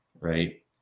Right